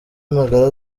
magara